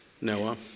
Noah